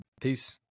Peace